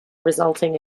resulting